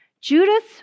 Judas